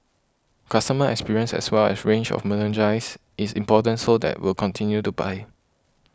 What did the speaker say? customer experience as well as range of is important so that will continue to buy